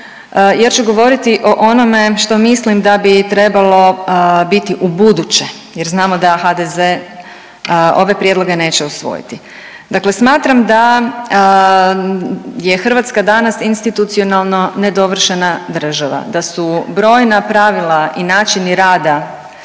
jer ću govoriti o onome što mislim da bi trebalo biti u buduće jer znamo da HDZ ove prijedloge neće usvojiti. Dakle, smatram da je Hrvatska danas institucionalno nedovršena država, da su brojna pravila i načini rada